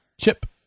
Chip